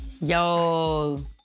Yo